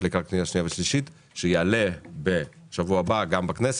לקראת קריאה שנייה ושלישית והוא יעלה בשבוע הבא גם בכנסת.